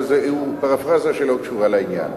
אבל זאת פרפראזה שלא קשורה לעניין.